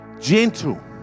gentle